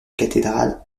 cathédrale